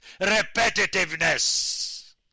repetitiveness